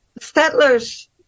settlers